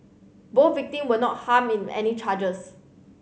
both victim were not harm in any charges